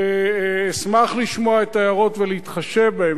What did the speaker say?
ואשמח לשמוע את ההערות ולהתחשב בהן.